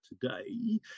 today